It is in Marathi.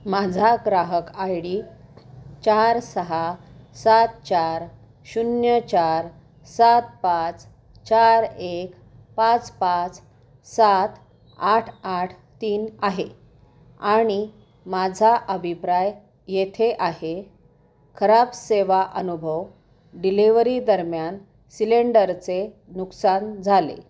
माझा ग्राहक आय डी चार सहा सात चार शून्य चार सात पाच चार एक पाच पाच सात आठ आठ तीन आहे आणि माझा अभिप्राय येथे आहे खराब सेवा अनुभव डिलेव्हरी दरम्यान सिलेंडरचे नुकसान झाले